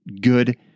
good